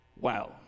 Wow